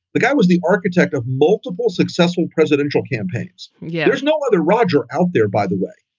the guy was the architect of multiple successful presidential campaigns. yeah. there's no other roger out there, by the way.